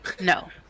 No